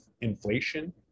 inflation